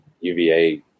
UVA